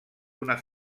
una